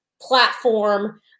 platform